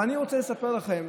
אבל אני רוצה לספר לכם,